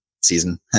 season